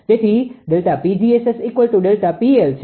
તેથી ΔPg𝑆𝑆ΔPL છે